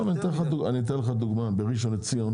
אני אתן לך דוגמא, בראשון לציון